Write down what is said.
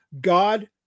God